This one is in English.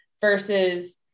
versus